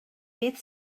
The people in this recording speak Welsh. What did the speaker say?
beth